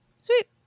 Sweet